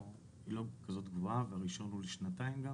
והרישיון הוא לשנתיים.